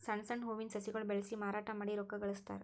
ಸಣ್ಣ್ ಸಣ್ಣ್ ಹೂವಿನ ಸಸಿಗೊಳ್ ಬೆಳಸಿ ಮಾರಾಟ್ ಮಾಡಿ ರೊಕ್ಕಾ ಗಳಸ್ತಾರ್